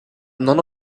none